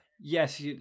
yes